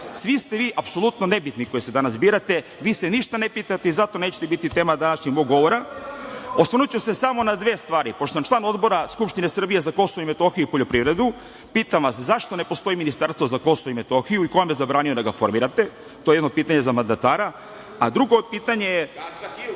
Svi ste vi apsolutno ne bitni koji se danas birate. Vi se ništa ne pitate i zato nećete biti tema mog današnjeg govora. Osvrnuću su se samo na dve stvari. Pošto sam član Odbora Skupštine Srbije za Kosovo i Metohije i poljoprivredu, pitam vas - zašto ne postoji ministarstvo za Kosovo i Metohiju i ko vam je zabranio da ga formirate? To je jedno pitanje za mandatara. Drugo pitanje.